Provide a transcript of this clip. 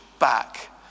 back